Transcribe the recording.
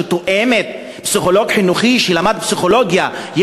שתואמת פסיכולוג חינוכי שלמד פסיכולוגיה,